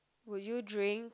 would you drink